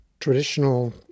traditional